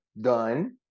done